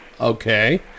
Okay